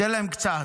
ניתן להם קצת.